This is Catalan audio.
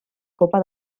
copa